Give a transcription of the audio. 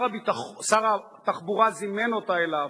שר התחבורה זימן אותה אליו,